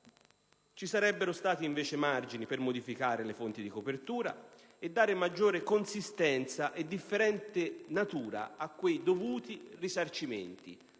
Ci sarebbero stati, invece, margini per modificare le fonti di copertura e dare maggior consistenza e differente natura a quei dovuti risarcimenti;